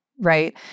Right